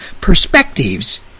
perspectives